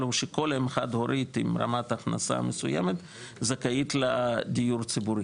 הוא שכל אם חד הורית עם רמת הכנסה מסוימת זכאית לדיור ציבורי,